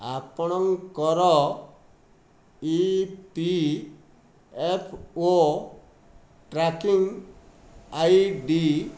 ଆପଣଙ୍କର E P F O tracking I D